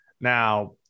Now